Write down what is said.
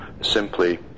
simply